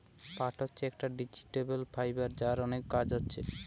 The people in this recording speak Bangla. পাট হচ্ছে একটি ভেজিটেবল ফাইবার যার অনেক কাজ হচ্ছে